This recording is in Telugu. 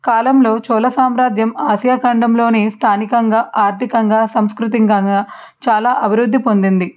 కాలంలో చోళ సామ్రాద్యం ఆసియా ఖండంలోని స్థానికంగా ఆర్థికంగా సంస్కృతికంగా చాలా అభివృద్ధి పొందింది